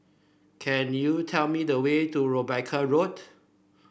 can you tell me the way to Rebecca Road